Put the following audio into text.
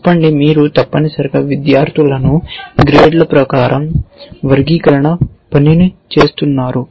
చెప్పండి మీరు తప్పనిసరిగా విద్యార్థులను గ్రేడ్ల ప్రకారం వర్గీకరణ పనిని చేస్తున్నారు